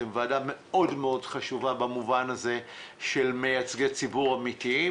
אתם ועדה של מייצגי ציבור אמיתיים,